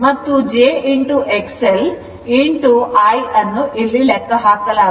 ಮತ್ತು j XL I ಅನ್ನು ಇಲ್ಲಿ ಲೆಕ್ಕಹಾಕಲಾಗುತ್ತದೆ